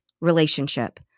relationship